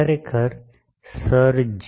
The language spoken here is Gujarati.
ખરેખર સર જે